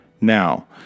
Now